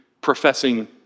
professing